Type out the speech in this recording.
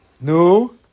No